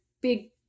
big